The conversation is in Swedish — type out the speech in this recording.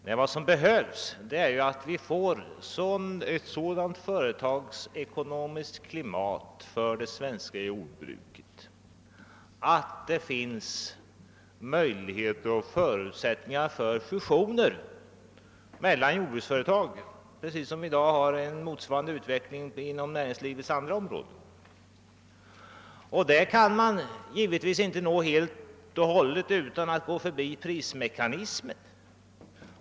Nej, vad som behövs är att vi får ett sådant företagsekonomiskt klimat för det svenska jordbruket att det blir möjligt att göra fusioner mellan jordbruksföretagen på samma sätt som inom näringslivet i övrigt. Dithän kan man naturligtvis inte nå om man helt går förbi prismekanismen.